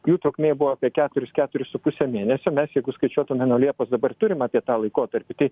jų trukmė buvo apie keturis keturis su puse mėnesio mes jeigu skaičiuotume nuo liepos dabar turim apie tą laikotarpį tai